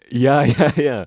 ya ya ya